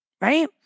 right